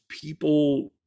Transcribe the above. people